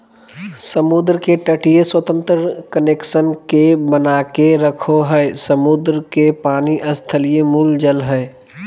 समुद्र के तटीय स्वतंत्र कनेक्शन के बनाके रखो हइ, समुद्र के पानी स्थलीय मूल जल हइ